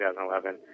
2011